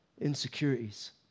insecurities